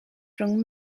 rhwng